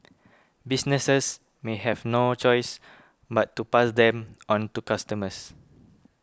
businesses may have no choice but to pass them on to customers